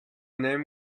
name